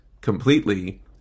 completely